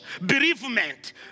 bereavement